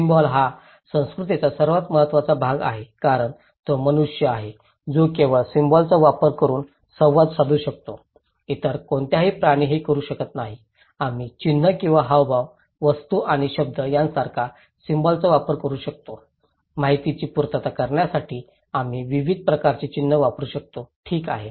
symbol हा संस्कृतीचा सर्वात महत्वाचा भाग आहे कारण तो मनुष्य आहे जो केवळ सिम्बॉलचा वापर करून संवाद साधू शकतो इतर कोणतेही प्राणी हे करू शकत नाहीत आम्ही चिन्ह किंवा हावभाव वस्तू आणि शब्द यासारख्या सिम्बॉलचा वापर करू शकतो माहितीची पूर्तता करण्यासाठी आम्ही विविध प्रकारचे चिन्हे वापरु शकतो ठीक आहे